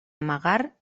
amagar